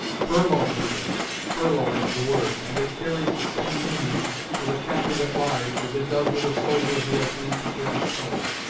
furlough, judith furlough is the word and it carries the same meaning with a captyve at large, as it does with a soldier who has leave to quit his colors.